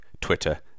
Twitter